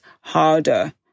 harder